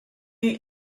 you